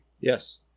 Yes